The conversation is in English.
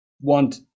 want